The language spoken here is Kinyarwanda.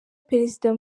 perezida